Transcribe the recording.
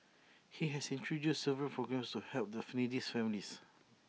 he has introduced several programmes to help the needy families